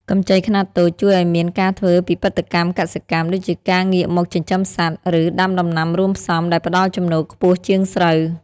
កម្ចីខ្នាតតូចជួយឱ្យមានការធ្វើពិពិធកម្មកសិកម្ម ដូចជាការងាកមកចិញ្ចឹមសត្វ ឬដាំដំណាំរួមផ្សំដែលផ្ដល់ចំណូលខ្ពស់ជាងស្រូវ។